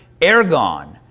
Ergon